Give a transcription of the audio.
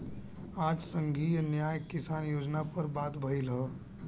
आज संघीय न्याय किसान योजना पर बात भईल ह